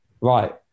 right